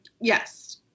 yes